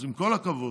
אז עם כל הכבוד,